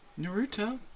Naruto